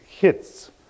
hits